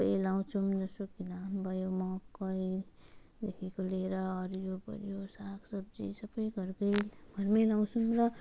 सबै लगाउँछौँ जस्तो कि धान भयो मकैदेखिको लिएर हरियोपरियो सागसब्जी सबै घरकै घरमै लगाउँछौँ र